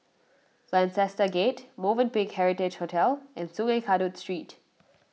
Lancaster Gate Movenpick Heritage Hotel and Sungei Kadut Street